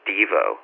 Devo